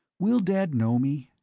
will dad know me?